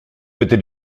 bitte